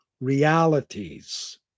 realities